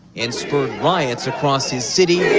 and spurred riots across his city. yeah